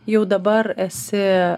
jau dabar esi